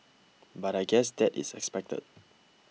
but I guess that is expected